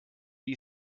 wie